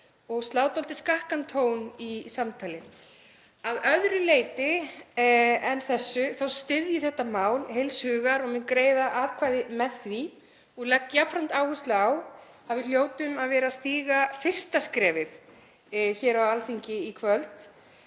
og slá dálítið skakkan tón í samtalið. Að öðru leyti en þessu styð ég þetta mál heils hugar og mun greiða atkvæði með því. Ég legg jafnframt áherslu á að við hljótum að vera að stíga fyrsta skrefið hér á Alþingi í kvöld.